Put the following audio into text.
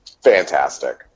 fantastic